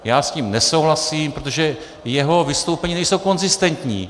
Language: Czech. Já s tím nesouhlasím, protože jeho vystoupení nejsou konzistentní.